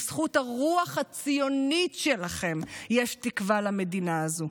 בזכות הרוח הציונית שלכם, יש תקווה למדינה הזאת.